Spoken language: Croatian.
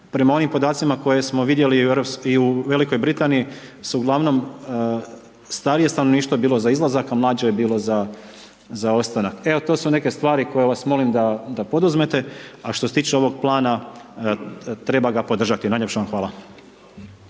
prema onim podacima koje smo vidjeli i u V. Britaniji su uglavnom starije stanovništvo je bilo za izlazak a mlađe je bilo za ostanak. Evo to su neke stvari koje vas molim da poduzmete. A što se tiče ovog plana, treba ga podržati. Najljepša vam hvala.